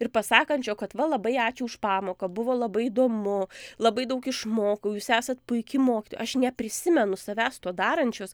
ir pasakančio kad va labai ačiū už pamoką buvo labai įdomu labai daug išmokau jūs esat puiki mokytoja aš neprisimenu savęs to darančios